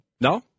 No